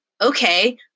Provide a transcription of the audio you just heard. Okay